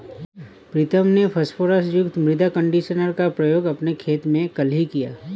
प्रीतम ने फास्फोरस युक्त मृदा कंडीशनर का प्रयोग अपने खेत में कल ही किया